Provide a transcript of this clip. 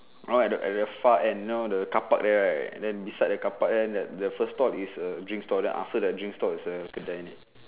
no lah at the far end you know the car park there right then beside the car park then the first stall is the drink stall then after the drink stall is the Killiney